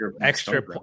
extra